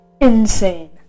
insane